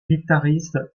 guitariste